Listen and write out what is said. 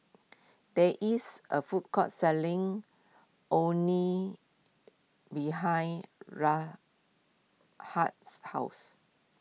there is a food court selling Orh Nee behind Rashad's house